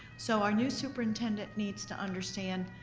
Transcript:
so our new superintendent needs to understand,